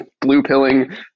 blue-pilling